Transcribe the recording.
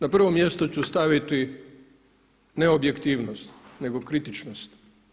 Na prvo mjesto ću staviti ne objektivnost, nego kritičnost.